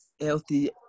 healthy